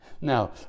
now